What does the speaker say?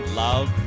love